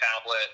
tablet